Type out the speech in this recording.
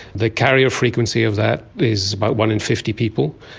the carrier frequency of that is about one in fifty people.